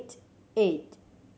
eight